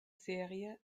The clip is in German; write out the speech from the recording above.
serie